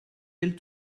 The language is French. elles